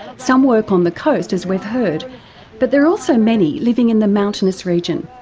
some work on the coast as we've heard but there are also many living in the mountainous region.